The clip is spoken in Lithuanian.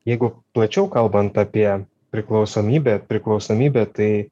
jeigu plačiau kalbant apie priklausomybę priklausomybė tai